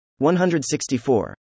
164